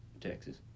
Texas